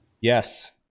Yes